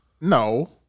No